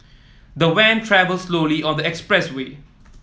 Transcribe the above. the van travelled slowly on the expressway